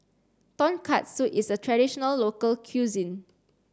Tonkatsu is a traditional local cuisine